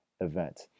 event